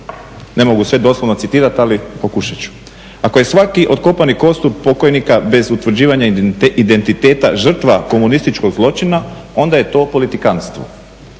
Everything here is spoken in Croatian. Ne mogu sve doslovno citirati, ali pokušat ću. Ako je svaki otkopani kostur pokojnika bez utvrđivanja identiteta žrtva komunističkog zločina onda je to politikanstvo.